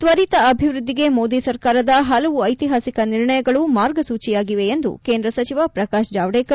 ತ್ವರಿತ ಅಭಿವ್ಯದ್ಲಿಗೆ ಮೋದಿ ಸರ್ಕಾರದ ಹಲವು ಐತಿಹಾಸಿಕ ನಿರ್ಣಯಗಳು ಮಾರ್ಗ ಸೂಚಿಯಾಗಿವೆ ಎಂದು ಕೇಂದ್ರ ಸಚಿವ ಪ್ರಕಾಶ್ ಜಾವಡೇಕರ್ ಹೇಳಕೆ